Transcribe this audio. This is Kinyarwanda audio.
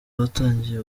batangiye